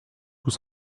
tout